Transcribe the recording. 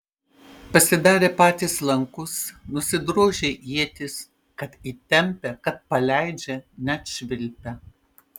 pasidarė patys lankus nusidrožė ietis kad įtempia kad paleidžia net švilpia